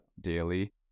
daily